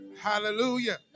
Hallelujah